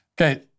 Okay